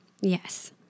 Yes